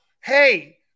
Hey